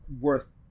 worth